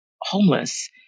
homeless